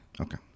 okay